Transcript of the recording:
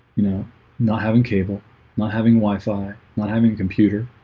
you know not having cable not having wi-fi not having a computer